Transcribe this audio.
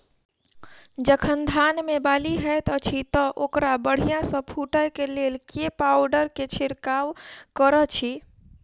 जखन धान मे बाली हएत अछि तऽ ओकरा बढ़िया सँ फूटै केँ लेल केँ पावडर केँ छिरकाव करऽ छी?